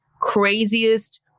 craziest